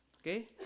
Okay